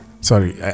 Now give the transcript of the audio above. sorry